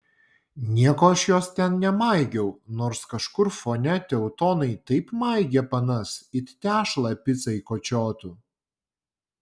nieko aš jos ten nemaigiau nors kažkur fone teutonai taip maigė panas it tešlą picai kočiotų